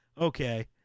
Okay